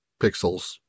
pixels